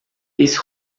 esse